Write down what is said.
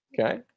Okay